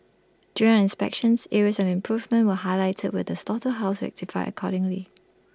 during our inspections areas of improvement were highlighted with the slaughterhouse rectified accordingly